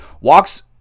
walks